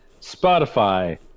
Spotify